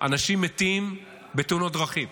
אנשים מתים בתאונות דרכים,